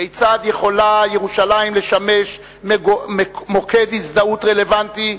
כיצד יכולה ירושלים לשמש מוקד הזדהות רלוונטי,